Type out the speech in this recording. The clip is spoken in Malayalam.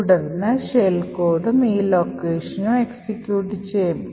തുടർന്ന് ഷെൽ കോഡും ഈ ലൊക്കേഷൻ എക്സിക്യൂട്ട് ചെയ്യും